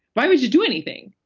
why would you do anything,